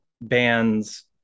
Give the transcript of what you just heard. bands